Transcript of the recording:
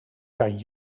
kan